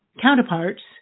counterparts